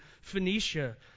Phoenicia